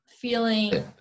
feeling